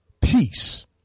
peace